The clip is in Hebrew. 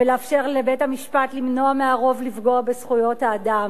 ולאפשר לבית-המשפט למנוע מהרוב לפגוע בזכויות האדם.